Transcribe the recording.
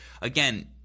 again